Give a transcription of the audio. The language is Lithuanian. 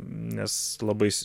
nes labai